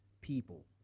people